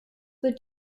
wird